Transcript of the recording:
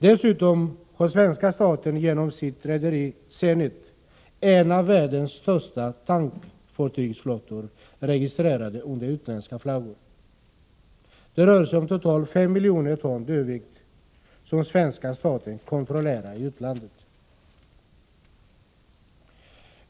Dessutom har svenska staten genom sitt rederi Zenit Shipping en av världens största tankfartygsflottor registrerade under utländsk flagg. Det rör sig om totalt 5 miljoner ton dödviktstonnage, som svenska staten kontrollerar i utlandet.